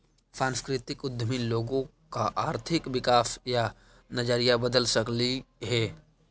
सांस्कृतिक उद्यमी लोगों का आर्थिक विकास का नजरिया बदल सकलई हे